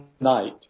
night